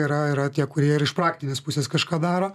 yra yra tie kurie ir iš praktinės pusės kažką daro